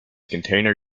container